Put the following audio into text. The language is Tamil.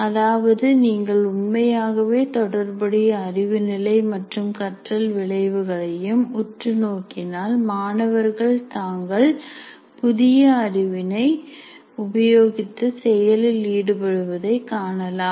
அதாவது நீங்கள் உண்மையாகவே தொடர்புடைய அறிவு நிலை மற்றும் கற்றல் விளைவுகளையும் உற்று நோக்கினால் மாணவர்கள் தங்கள் புதிய அறிவை உபயோகித்து செயலில் ஈடுபடுவதை காணலாம்